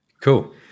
Cool